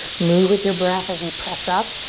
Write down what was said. move with your breath as you press up.